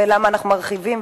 ולמה אנחנו מרחיבים,